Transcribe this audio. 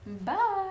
Bye